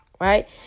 Right